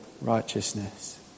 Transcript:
righteousness